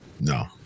No